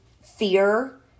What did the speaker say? fear